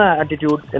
attitude